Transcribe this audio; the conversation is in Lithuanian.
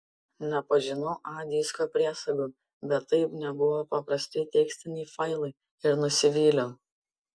nepažinau a disko priesagų bet tai nebuvo paprasti tekstiniai failai ir nusivyliau